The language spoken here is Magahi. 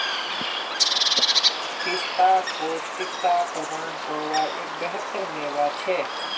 पिस्ता पौष्टिकता प्रदान कारवार एक बेहतर मेवा छे